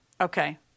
Okay